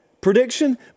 prediction